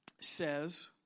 says